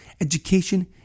Education